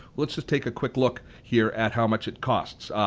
let's just take a quick look here at how much it costs.